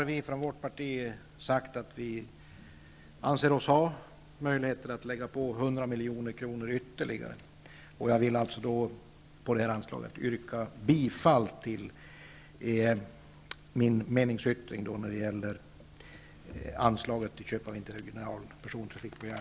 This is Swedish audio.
Vi i vårt parti anser att det finns möjlighet att öka anslaget med ytterligare 100 milj.kr. Jag vill alltså yrka bifall till min meningsyttring när det gäller anslaget Köp av interregional persontrafik på järnväg.